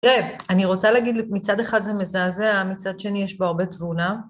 תראה, אני רוצה להגיד, מצד אחד זה מזעזע, מצד שני יש בו הרבה תבונה.